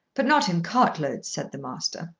but not in cartloads, said the master.